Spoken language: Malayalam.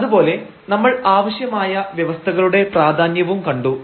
അതുപോലെ നമ്മൾ ആവശ്യമായ വ്യവസ്ഥകളുടെ പ്രാധാന്യവും കണ്ടു